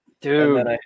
Dude